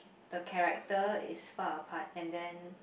the character is far apart and then